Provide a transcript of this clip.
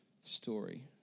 story